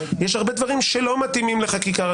יש הרבה דברים שלא מתאימים לחקיקה ראשית,